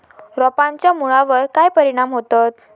रोपांच्या मुळावर काय परिणाम होतत?